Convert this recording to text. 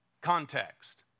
context